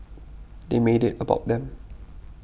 they made it about them